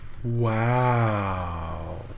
Wow